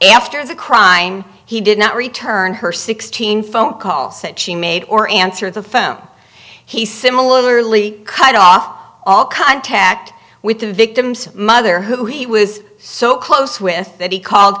after the crime he did not return her sixteen phone calls that she made or answer the phone he similarly cut off all contact with the victim's mother who he was so close with that he called